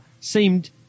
seemed